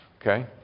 okay